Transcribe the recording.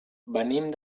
venim